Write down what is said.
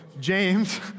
James